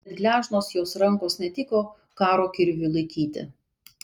bet gležnos jos rankos netiko karo kirviui laikyti